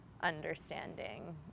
understanding